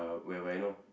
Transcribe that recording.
uh whereby you know